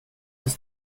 ist